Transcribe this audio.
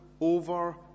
over